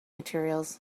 materials